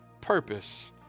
purpose